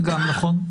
גם נכון.